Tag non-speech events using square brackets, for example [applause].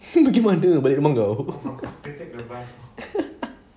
pergi mana balik rumah kau [laughs]